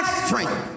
strength